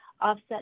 offset